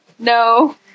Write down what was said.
No